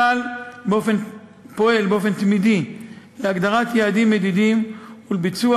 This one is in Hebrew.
צה"ל פועל באופן תמידי להגדרת יעדים מדידים וביצוע